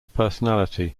personality